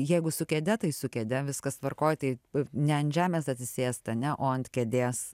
jeigu su kėde tai su kėde viskas tvarkoj tai ne ant žemės atsisėst ane o ant kėdės